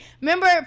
remember